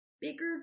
bigger